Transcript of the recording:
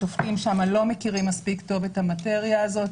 השופטים שם לא מכירים מספיק טוב את המטריה הזאת.